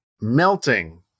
Melting